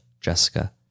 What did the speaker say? Jessica